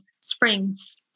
Springs